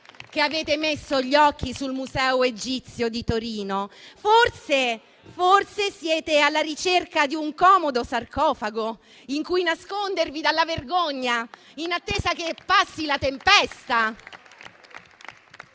che avete messo gli occhi sul Museo egizio di Torino: forse siete alla ricerca di un comodo sarcofago in cui nascondervi dalla vergogna, in attesa che passi la tempesta.